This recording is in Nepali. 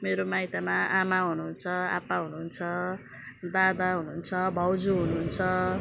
मेरो माइतमा आमा हुनुहुन्छ आप्पा हुनुहुन्छ दादा हुनुहुन्छ भाउजू हुनुहुन्छ